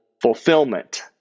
fulfillment